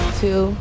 two